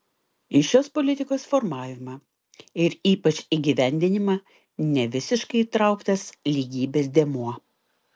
į šios politikos formavimą ir ypač įgyvendinimą nevisiškai įtrauktas lygybės dėmuo